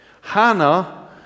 Hannah